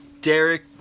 Derek